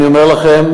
אני אומר לכם,